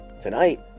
Tonight